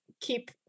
keep